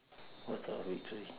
what sort of victory